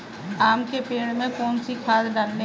आम के पेड़ में कौन सी खाद डालें?